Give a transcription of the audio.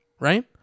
right